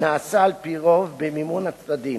נעשה על-פי רוב במימון הצדדים.